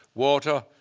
water,